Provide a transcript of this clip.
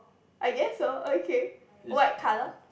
I guess so okay white colour